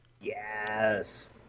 Yes